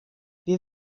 wir